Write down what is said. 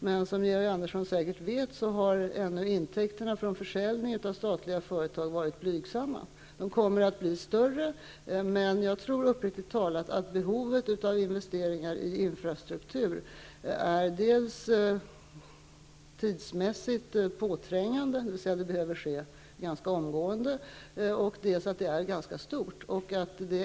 Men som Georg Andersson säkert vet har intäkterna från försäljning av statliga företag varit blygsamma. De kommer att bli större, men jag tror uppriktigt sagt att behovet av investeringar i infrastruktur dels är tidsmässigt påträngande, dvs. att de behöver ske ganska omgående, dels är ganska stort.